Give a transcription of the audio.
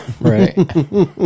Right